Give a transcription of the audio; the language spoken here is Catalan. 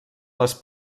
les